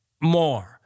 more